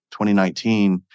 2019